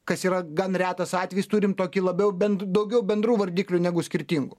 kas yra gan retas atvejis turim tokį labiau bend daugiau bendrų vardiklių negu skirtingų